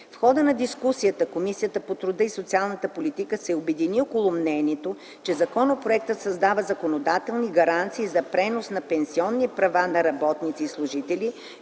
В хода на дискусията Комисията по труда и социалната политика се обедини около мнението, че законопроектът създава законодателни гаранции за пренос на пенсионни права на работници и служители